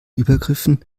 übergriffen